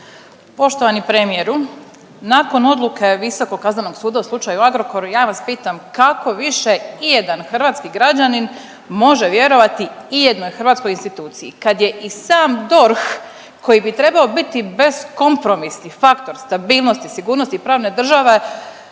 Poštovani premijeru, nakon odluke Visokog kaznenog suda u slučaju Agrokor, ja vas pitam, kako više ijedan hrvatski građanin može vjerovati ijednoj hrvatskoj instituciji, kad je i sam DORH koji bi trebao biti beskompromisni faktor stabilnosti i sigurnosti pravne države,